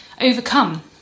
overcome